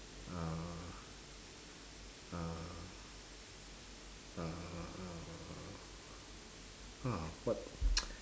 uh uh uhh !huh! what